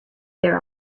there